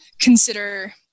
consider